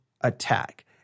attack